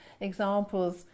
examples